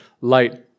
light